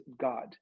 god